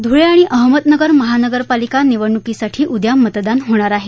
धुळे आणि अहमदनगर महानगरपालिका निवडणुकीसाठी उद्या मतदान होणार आहे